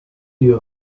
you